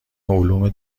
علوم